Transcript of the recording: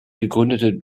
gegründeten